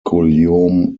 guillaume